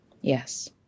Yes